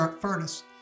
furnace